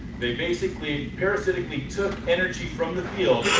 they basically parasitically took energy from the field,